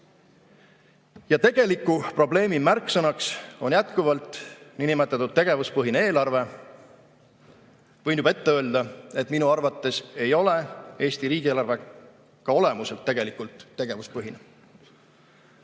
Ja tegeliku probleemi märksõnaks on jätkuvalt niinimetatud tegevuspõhine eelarve. Võin juba ette öelda, et minu arvates ei ole Eesti riigieelarve ka olemuselt tegelikult tegevuspõhine.